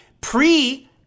pre